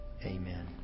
Amen